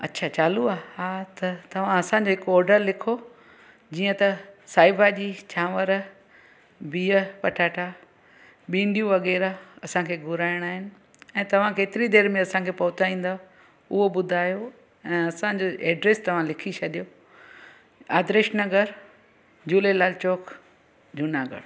अच्छा चालू आहे हा त तवां असांजे ऑडर लिखो जीअं त साई भाॼी चांवर बिह पटाटा भींडियूं वग़ैरह असांखे घुराइणा आहिनि ऐं तवां केतिरी देरि में असांखे पहुचाईंदा उहो ॿुधायो असांजो एड्रेस तव्हां लिखी छॾियो आदर्श नगर झूलेलाल चौक जूनागढ़